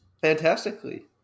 fantastically